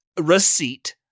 receipt